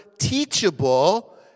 teachable